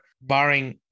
barring